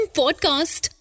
podcast